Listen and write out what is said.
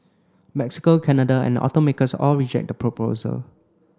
Mexico Canada and the automakers all reject that proposal